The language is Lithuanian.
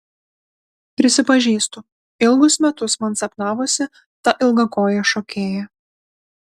prisipažįstu ilgus metus man sapnavosi ta ilgakojė šokėja